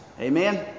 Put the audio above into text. Amen